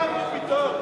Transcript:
נזכרנו פתאום.